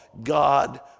God